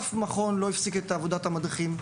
אף מכון לא הפסיק את עבודת המדריכים.